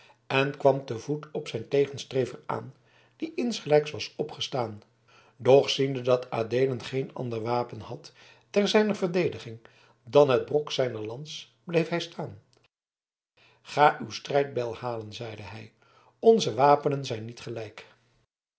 en kwam te voet op zijn tegenstrever aan die insgelijks was opgestaan doch ziende dat adeelen geen ander wapen had ter zijner verdediging dan het brok zijner lans bleef hij staan ga uw strijdbijl halen zeide hij onze wapenen zijn niet gelijk